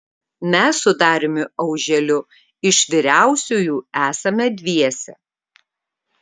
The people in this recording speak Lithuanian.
mes su dariumi auželiu iš vyriausiųjų esame dviese